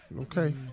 Okay